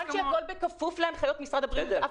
כיוון שהכול בכפוף להנחיות משרד הבריאות,